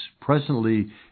presently